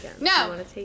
No